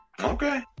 Okay